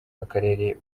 akarere